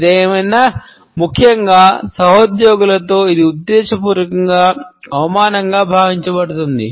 ఏదేమైనా ముఖ్యంగా సహోద్యోగులలో ఇది ఉద్దేశపూర్వకంగా అవమానంగా భావించబడుతుంది